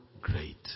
great